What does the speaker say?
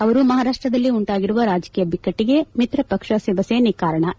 ಅವರು ಮಹಾರಾಷ್ಷದಲ್ಲಿ ಉಂಟಾಗಿರುವ ರಾಜಕೀಯ ಬಿಕ್ಕಟ್ಟಿಗೆ ಮಿತ್ರಪಕ್ಷ ಶಿವಸೇನೆಗೆ ಕಾರಣ ಎಂದರು